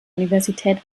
universität